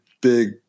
big